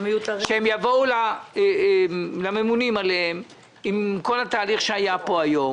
שהם יבואו לממונים עליהם עם כל התהליך שהיה פה היום.